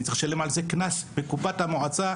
אני צריך לשלם על זה קנס מקופת המועצה,